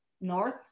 north